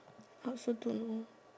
I also don't know